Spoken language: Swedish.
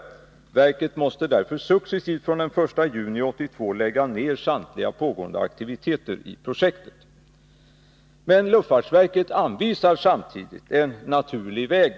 Verket måste därför successivt från 1 juni 1982 lägga ner samtliga pågående aktiviteter i projektet.” Luftfartsverket anvisar samtidigt en naturlig väg.